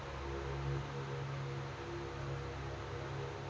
ಶೇಂಗಾ ಒಳಗ ಯಾವ ಬೇಜ ಛಲೋ?